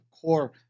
core